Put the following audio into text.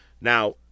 Now